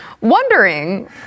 wondering